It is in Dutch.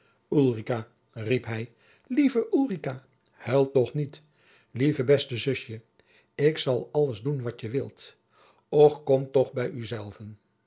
riep hij lieve ulrica huil toch niet lieve beste zusje ik zal alles doen wat je wilt och kom toch bij uzelve